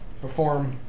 perform